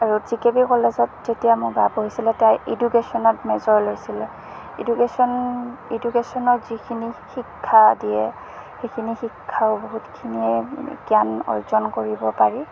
আৰু G K B কলেজত যেতিয়া মোৰ বা পঢ়িছিলে তাই ইডুকেশ্যনত মেজৰ লৈছিলে ইডুকেশ্যন ইডুকেশ্যনত যিখিনি শিক্ষা দিয়ে সেইখিনি শিক্ষাও বহুতখিনিয়ে জ্ঞান অৰ্জন কৰিব পাৰি